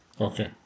Okay